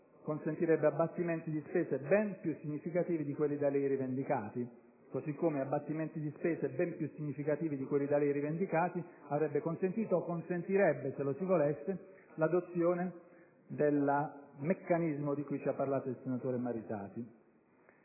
Così come abbattimenti di spese ben più significativi di quelli da lei rivendicati avrebbe consentito o consentirebbe, se lo si volesse, l'adozione del meccanismo di cui ci ha parlato il senatore Maritati.